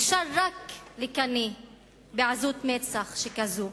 אפשר רק לקנא בעזות מצח שכזאת.